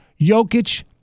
Jokic